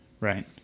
Right